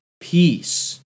Peace